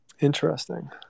Interesting